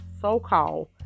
so-called